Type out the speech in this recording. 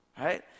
right